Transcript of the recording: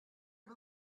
for